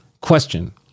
Question